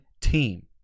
team